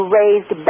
raised